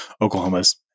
Oklahoma's